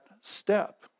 step